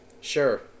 Sure